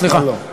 סליחה.